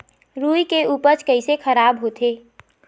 रुई के उपज कइसे खराब होथे?